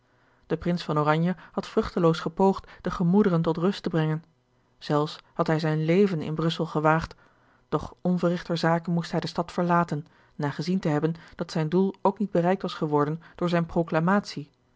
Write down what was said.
de prins van oranje had vruchteloos gepoogd de gemoederen tot rust te brengen zelfs had hij zijn leven in brussel gewaagd doch onverrigter zake moest hij de stad verlaten na gezien te hebben dat zijn doel ook niet bereikt was geworden door zijne proclamatie